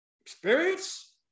experience